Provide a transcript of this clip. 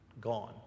gone